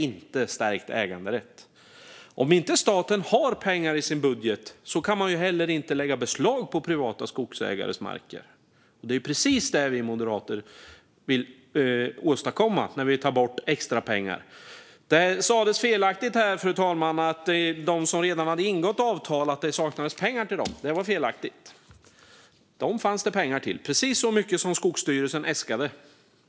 Om staten inte har pengar i sin budget kan man heller inte lägga beslag på privata skogsägares marker. Det är precis det vi moderater vill åstadkomma när vi tar bort extrapengar. Det sas felaktigt, fru talman, att det saknas pengar till dem som redan ingått avtal. Dem fanns det pengar till i budgeten, precis så mycket som Skogsstyrelsen äskade.